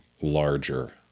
larger